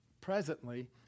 presently